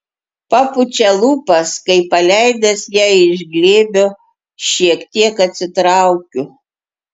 papučia lūpas kai paleidęs ją iš glėbio šiek tiek atsitraukiu